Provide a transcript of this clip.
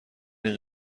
این